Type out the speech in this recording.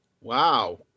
Wow